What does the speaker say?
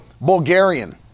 Bulgarian